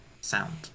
sound